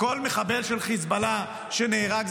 כל מחבל של חיזבאללה שנהרג,